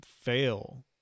fail